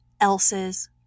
else's